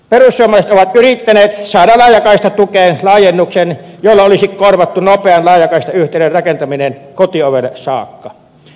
perussuomalaiset ovat yrittäneet saada laajakaistatukeen laajennuksen jolla olisi korvattu nopean laajakaistayhteyden rakentaminen kotiovelle saakka